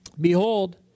Behold